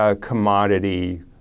commodity